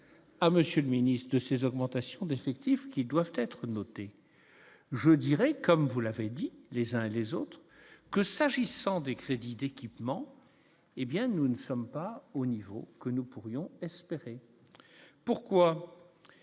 le ministre, de ces augmentations d'effectifs, qui doivent être noté, je dirais, comme vous l'avez dit les uns les autres que s'agissant des crédits d'équipement, hé bien, nous ne sommes pas au niveau que nous pourrions espérer pourquoi